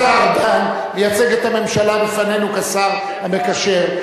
השר ארדן מייצג את הממשלה בפנינו כשר המקשר,